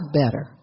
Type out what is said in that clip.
better